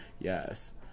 yes